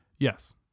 Yes